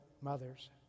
mothers